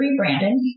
rebranded